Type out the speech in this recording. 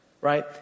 right